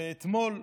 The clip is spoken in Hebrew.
ואתמול,